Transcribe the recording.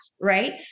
right